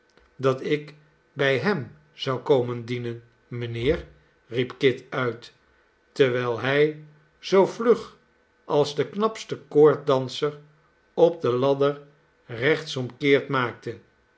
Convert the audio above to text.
dat ik bij hem zou komen dienen mijnheer riep kit uit terwiji hij zoo vlug als de knapste koorddanser op de ladder rechtsomkeert maakte